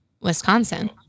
Wisconsin